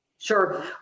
Sure